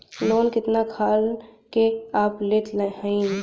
Loan कितना खाल के आप लेत हईन?